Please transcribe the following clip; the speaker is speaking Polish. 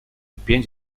pięć